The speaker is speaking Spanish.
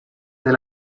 del